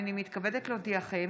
הינני מתכבדת להודיעכם,